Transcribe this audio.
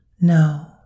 No